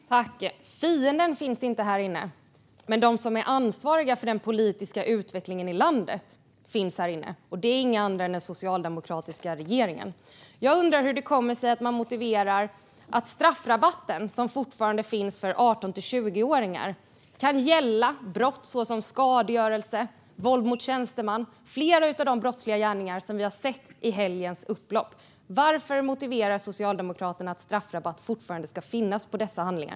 Herr talman! Fienden finns inte här inne, men de som är ansvariga för den politiska utvecklingen i landet finns här inne. Och det är inga andra än den socialdemokratiska regeringen. Jag undrar hur det kommer sig att man motiverar att den straffrabatt som fortfarande finns för 18-20-åringar kan gälla brott som skadegörelse, våld mot tjänsteman och flera av de brottsliga gärningar som vi såg under helgens upplopp. Hur motiverar Socialdemokraterna att straffrabatten fortfarande ska finnas för dessa handlingar?